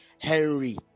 henry